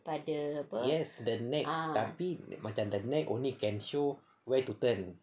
yes the neck tapi macam the neck only can show where to turn